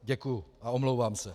Děkuju a omlouvám se.